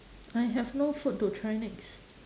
I have no food to try next